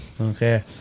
Okay